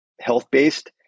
health-based